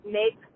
make